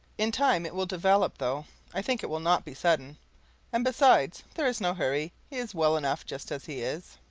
in time it will develop, though i think it will not be sudden and besides, there is no hurry he is well enough just as he is.